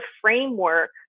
framework